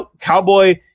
Cowboy